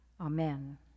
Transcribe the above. Amen